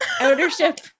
Ownership